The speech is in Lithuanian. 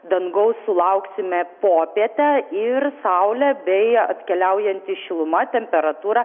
dangaus sulauksime popietę ir saulė bei atkeliaujanti šiluma temperatūrą